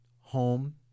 home